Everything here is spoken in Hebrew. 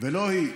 ולא היא.